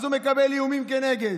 הוא מקבל איומים כנגד.